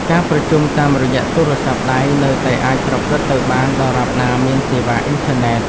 ការប្រជុំតាមរយៈទូរស័ព្ទដៃ នៅតែអាចប្រព្រឹត្តទៅបានដរាបណាមានសេវាអ៊ីនធឺណិត។